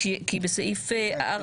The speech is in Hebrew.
מה העניין בסעיף 4?